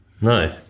No